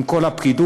עם כל הפקידוּת,